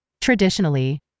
Traditionally